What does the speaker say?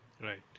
Right